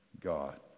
God